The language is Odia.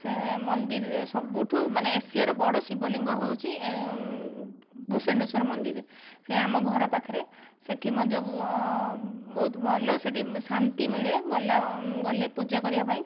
ସେ ମନ୍ଦିରରେ ସବୁଠୁ ମାନେ ଏସିଆର ବଡ଼ ଶିବ ଲିଙ୍ଗ ହଉଚି ଭୂଷେଣ୍ଡେଶ୍ଵର ମନ୍ଦିରରେ ସେ ଆମ ଘର ପାଖରେ ସେଠି ମଧ୍ୟ ବହୁତ ଭଲ ସେଠି ଶାନ୍ତି ମିଳେ ଗଲେ ପୂଜା କରିବା ପାଇଁ